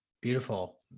beautiful